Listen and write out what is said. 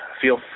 feel